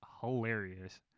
hilarious